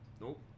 Nope